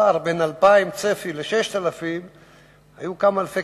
הפער בין הצפי של 2,000 ל-6,000 היה כמה אלפי